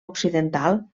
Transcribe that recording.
occidental